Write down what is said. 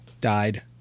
died